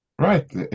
Right